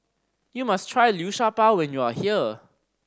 you must try Liu Sha Bao when you are here